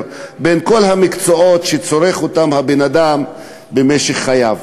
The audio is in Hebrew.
בין כל המקצועות שצורך אותם האדם במשך חייו.